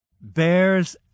Bears